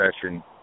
session